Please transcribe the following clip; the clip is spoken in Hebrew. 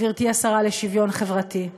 גברתי השרה לשוויון חברתי,